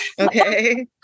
Okay